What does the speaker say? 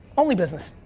only business.